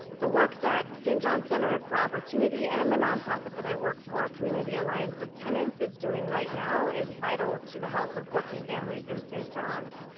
the work that st. john's center for opportunity and the nonprofit that i work for community alliance of tenants is doing right now is vital to the health of working families in st. john's.